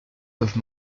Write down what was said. doivent